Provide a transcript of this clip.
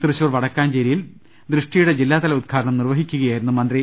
തൃശൂർ വടക്കാഞ്ചേരിയിൽ ദൃഷ്ടിയുടെ ജില്ലാതല ഉദ്ഘാടനം നിർവ്വഹിക്കുകയായിരുന്നു മന്ത്രി